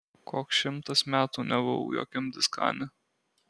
koks šimtas metų nebuvau jokiam diskane